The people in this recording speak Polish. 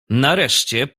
nareszcie